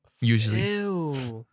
Usually